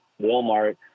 Walmart